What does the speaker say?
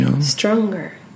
stronger